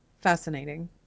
Fascinating